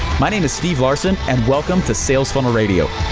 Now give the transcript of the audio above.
my name is steve larsen and welcome to sales funnel radio.